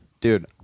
Dude